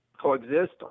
coexist